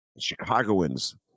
Chicagoans